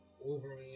Wolverine